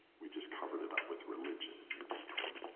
we just covered it up with religion in between.